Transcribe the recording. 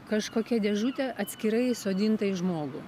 kažkokia dėžutė atskirai įsodinta į žmogų